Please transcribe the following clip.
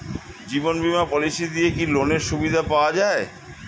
জীবন বীমা পলিসি দিয়ে কি লোনের সুবিধা পাওয়া যায়?